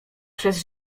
przez